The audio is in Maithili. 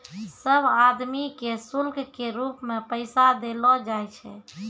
सब आदमी के शुल्क के रूप मे पैसा देलो जाय छै